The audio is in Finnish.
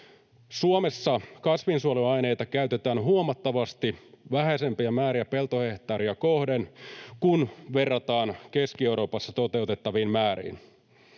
Suomessa kasvinsuojeluaineita käytetään huomattavasti vähäisempiä määriä peltohehtaaria kohden, kun verrataan Keski-Euroopassa toteutettaviin määriin.